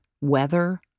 weather